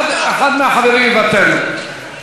אחד מהחברים יוותר לו.